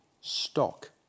stock